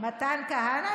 מתן כהנא,